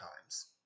times